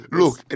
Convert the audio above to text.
look